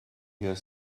here